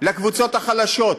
לקבוצות החלשות.